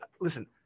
listen